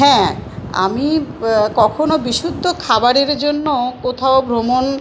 হ্যাঁ আমি কখনও বিশুদ্ধ খাবারের জন্য কোথাও ভ্রমণ